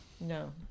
No